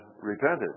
repented